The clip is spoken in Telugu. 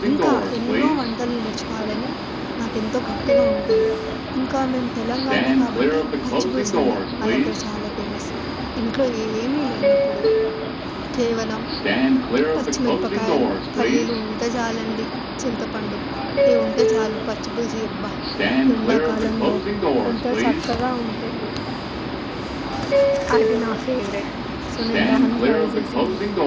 ఇంకా ఎన్నో వంటలు నేర్చుకోవాలని నాకు ఎంతో గట్టిగా ఉంటుంది ఇంకా మేము తెలంగాణ కాబట్టి పచ్చి పులుసు అండి మా దగ్గర చాలా ఫేమస్ ఇంట్లో ఏమీ లేనప్పుడు కేవలం పచ్చిమిరపకాయలు పల్లీలు ఉంటే చాలండి చింతపండు ఇవి ఉంటే చాలు పచ్చి పులుసు ఇవ్వబ్బ ఎండాకాలంలో ఎంతో చక్కగా ఉంటుంది అది నా ఫేవరెట్ సో నేను దాన్ని ట్రై చేశాను